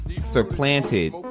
supplanted